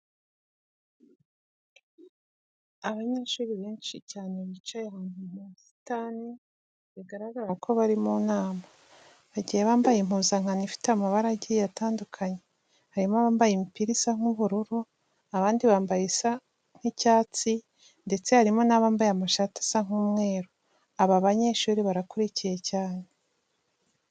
Abanyeshuri benshi cyane bicaye ahantu mu busitani bigaragara ko bari mu nama, bagiye bambaye impuzankano ifite amabara agiye atandukanye. Harimo abambaye imipira isa nk'ubururu, abandi bambaye isa nk'icyatsi ndetse harimo n'abambaye amashati asa nk'umweru. Aba banyeshuri barakurikiye cyane.